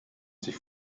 sich